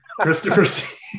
christopher